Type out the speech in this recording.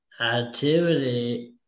Activity